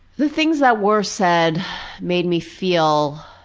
the things that were said made me feel,